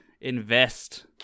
invest